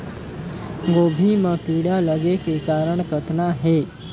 गोभी म कीड़ा लगे के कारण कतना हे?